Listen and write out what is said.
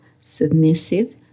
submissive